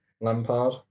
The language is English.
Lampard